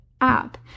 app